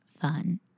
fun